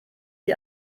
die